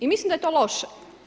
I mislim da je to loše.